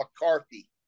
McCarthy